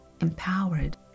empowered